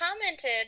commented